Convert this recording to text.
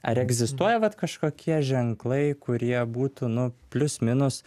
ar egzistuoja vat kažkokie ženklai kurie būtų nu plius minus